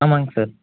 ஆமாம்ங்க சார்